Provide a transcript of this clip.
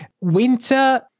Winter